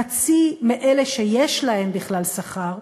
חצי מאלה שיש להם בכלל שכר,